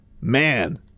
man